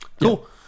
Cool